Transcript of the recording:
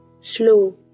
slow